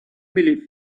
believe